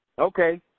Okay